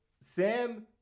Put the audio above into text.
Sam